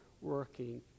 working